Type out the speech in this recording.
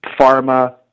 pharma